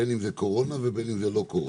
בין אם זה קורונה ובין אם זה לא קורונה.